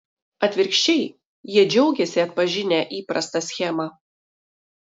atvirkščiai jie džiaugiasi atpažinę įprastą schemą